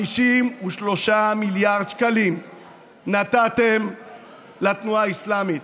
53 מיליארד שקלים נתתם לתנועה האסלאמית.